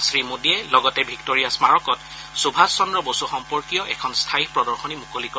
শ্ৰীমোদীয়ে লগতে ভিক্টোৰিয়া স্মাৰকত সুভাষ চন্দ্ৰ বসু সম্পৰ্কীয় এখন স্থায়ী প্ৰদশনী মুকলি কৰে